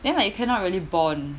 then like you cannot really bond